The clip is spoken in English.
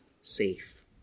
safe